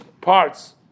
parts